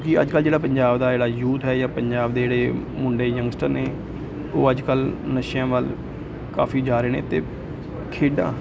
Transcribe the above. ਕਿਉੰਕਿ ਅੱਜ ਕੱਲ੍ਹ ਜਿਹੜਾ ਪੰਜਾਬ ਦਾ ਜਿਹੜਾ ਯੂਥ ਹੈ ਜਾਂ ਪੰਜਾਬ ਦੇ ਜਿਹੜੇ ਮੁੰਡੇ ਯੰਗਸਟਰ ਨੇ ਉਹ ਅੱਜ ਕੱਲ੍ਹ ਨਸ਼ਿਆਂ ਵੱਲ ਕਾਫੀ ਜਾ ਰਹੇ ਨੇ ਅਤੇ ਖੇਡਾਂ